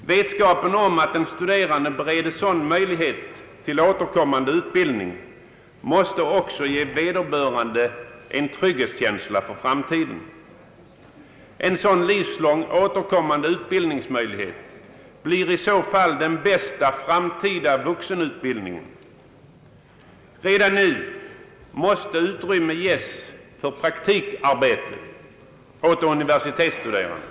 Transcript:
Vetskapen om att den studerande bereds sådan möjlighet till återkommande undervisning måste ge vederbörande en trygghetskänsla för framtiden. En sådan livslång återkommande utbildningsmöjlighet ger den bästa framtida vuxenutbildningen. Redan nu måste utrymme skapas för praktikarbete åt de universitetsstuderande.